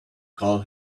call